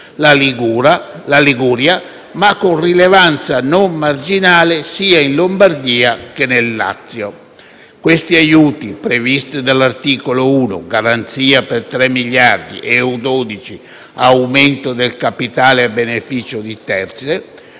la Liguria - ma con rilevanza non marginale sia in Lombardia, che nel Lazio. Questi aiuti, previsti dall'articolo 1 (garanzia per 3 miliardi di euro) e dall'articolo 12 (aumento del capitale a beneficio di terzi)